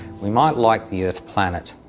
we might like the earth planet,